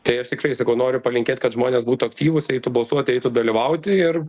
tai aš tikrai sakau noriu palinkėt kad žmonės būtų aktyvūs eitų balsuoti eitų dalyvauti ir